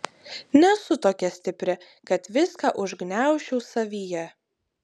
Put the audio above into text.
nesu tokia stipri kad viską užgniaužčiau savyje